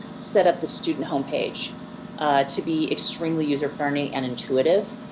set up the student homepage to be extremely user friendly and intuitive.